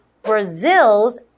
Brazil's